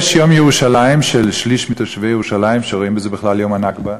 יש יום ירושלים של שליש מתושבי ירושלים שרואים בזה בכלל יום הנכבה,